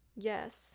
Yes